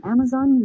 Amazon